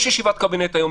יש ישיבת קבינט היום,